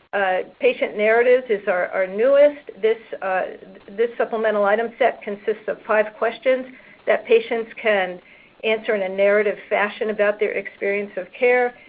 patient narratives is our newest. this this supplemental item set consists of five questions that patients can answer in a narrative fashion about their experience of care.